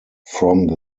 from